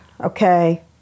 Okay